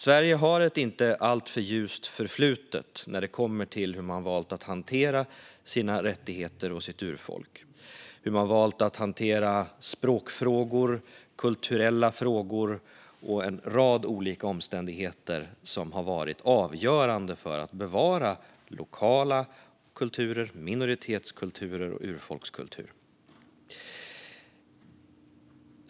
Sverige har ett inte alltför ljust förflutet när det kommer till hur man har valt att hantera sina rättigheter och sitt urfolk. Det handlar om hur man har valt att hantera språkfrågor, kulturella frågor och en rad olika omständigheter som har varit avgörande för att bevara lokala kulturer, minoritetskulturer och urfolkskulturer.